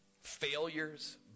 failures